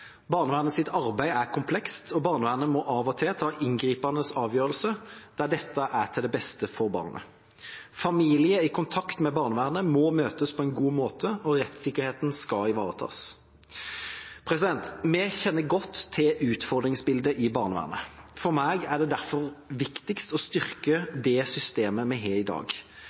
arbeid er komplekst, og barnevernet må av og til ta inngripende avgjørelser – der dette er til det beste for barnet. Familier i kontakt med barnevernet må møtes på en god måte, og rettssikkerheten skal ivaretas. Vi kjenner godt til utfordringsbildet i barnevernet. For meg er det derfor viktigst å styrke det systemet vi har i dag.